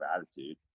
attitude